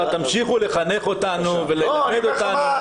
תמשיכו לחנך אותנו וללמד אותנו.